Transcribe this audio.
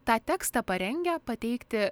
tą tekstą parengę pateikti